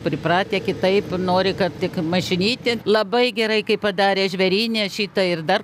pripratę kitaip nori kad tik mašinytė labai gerai kaip padarė žvėryne šitą ir dar